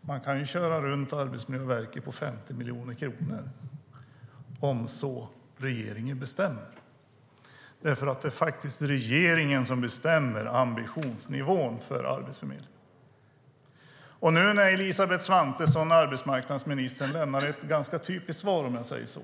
Man kan köra runt Arbetsmiljöverket på 50 miljoner kronor, om regeringen så bestämmer. Det är nämligen regeringen som bestämmer ambitionsnivån för Arbetsmiljöverket. Elisabeth Svantesson, arbetsmarknadsministern, lämnar ett ganska typiskt svar, om jag säger så,